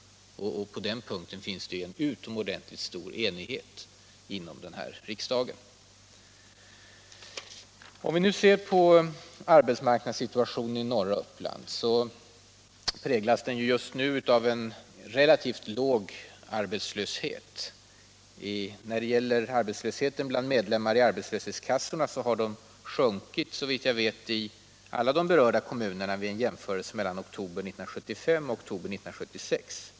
På den punkten finns det en utomordentligt stor enighet inom denna riksdag. Arbetsmarknadssituationen i norra Uppland präglas just nu av en relativt låg arbetslöshet. Arbetslösheten bland medlemmar i arbetslöshetskassorna har sjunkit i alla de berörda kommunerna vid jämförelse mellan oktober 1975 och oktober 1976.